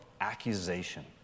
accusation